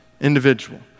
individual